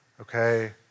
Okay